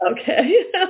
Okay